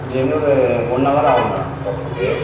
இங்கேயிருந்து ஒரு one hour ஆகும் மேடம் போகிறத்துக்கு